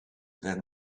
then